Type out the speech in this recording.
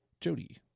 Jody